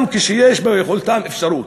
גם כשיש ביכולתם אפשרות".